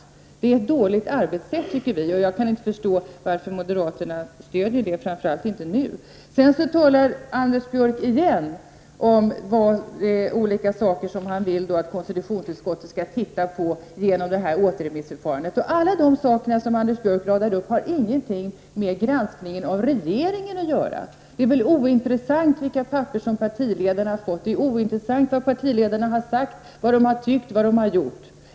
Vi tycker att det är ett dåligt arbetssätt. Jag kan inte förstå varför moderaterna stöder detta — framför allt inte nu. Anders Björck talar återigen om olika saker som han vill att konstitutionsutskottet skall titta på med hjälp av återremissförfarandet. Alla de saker som Anders Björck radar upp har ingenting med granskningen av regeringen att göra. Det är ointressant vilka papper som partiledarna har fått. Det är ointressant vad partiledarna har sagt, tyckt och gjort.